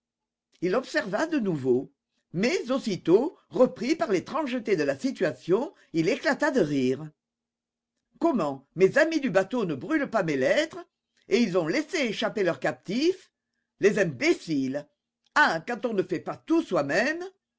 il l'observa de nouveau mais aussitôt reprit par l'étrangeté de la situation il éclata de rire comment mes amis du bateau ne brûlent pas mes lettres et ils ont laissé échapper leur captif les imbéciles ah quand on ne fait pas tout soi-même